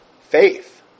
faith